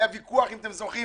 ואם אתם זוכרים,